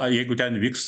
a jeigu ten vyks